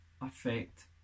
affect